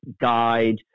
guide